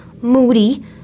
moody